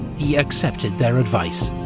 he accepted their advice,